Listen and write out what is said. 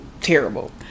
terrible